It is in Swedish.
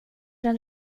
den